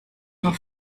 nur